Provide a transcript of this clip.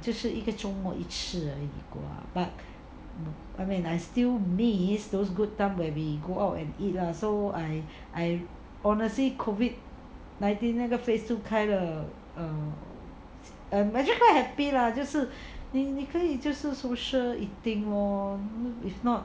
就是一个周末一次而已 but I mean I still miss those good time where we go out and eat lah so I I honestly COVID nineteen 那个 phase two 开了 I'm actually quite happy lah 就是你你可以就是 social eating lor if not